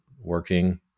working